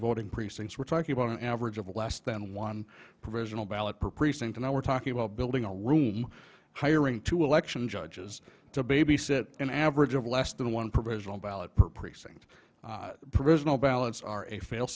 voting precincts we're talking about an average of less than one provisional ballot per precinct and i were talking about building a loom hiring two election judges to babysit an average of less than one provisional ballot per precinct prison all ballots are a fail